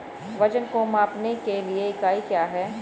वजन को मापने के लिए इकाई क्या है?